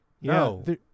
No